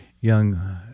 young